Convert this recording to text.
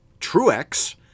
Truex